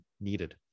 needed